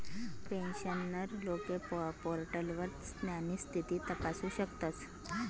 pensioner लोके पोर्टलवर त्यास्नी स्थिती तपासू शकतस